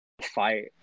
fight